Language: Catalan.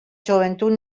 joventut